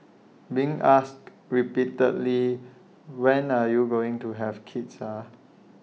being asked repeatedly when are you going to have kids ah